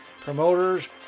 promoters